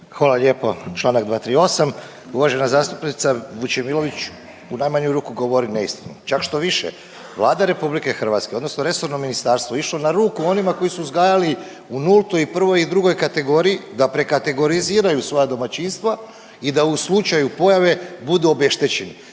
Hvala lijepo. Čl. 238. uvažena zastupnica Vučemilović u najmanju ruku govori neistinu, čak štoviše, Vlada RH odnosno resorno ministarstvo išlo na ruku onima koji su uzgajali u nultoj i 1. i 2. kategoriji da prekategoriziraju svoja domaćinstva i da u slučaju pojave budu obeštećeni.